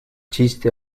txiste